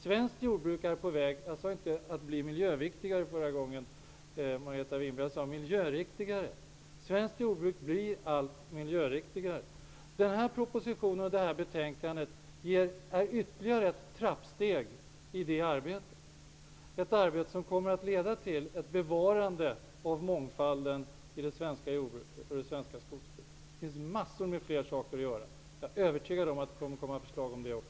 Svenskt jordbruk är på väg att bli -- jag sade inte miljöviktigare, Margareta Winberg -- miljöriktigare. Den här propositionen och det här betänkandet är ytterligare ett trappsteg i det arbetet, ett arbete som kommer att leda till ett bevarande av mångfalden i det svenska jordbruket och skogsbruket. Det finns massor av saker som man kan göra. Jag är övertygad om att det också kommer att läggas fram sådana förslag.